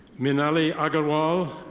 minali agawal.